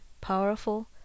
powerful